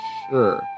sure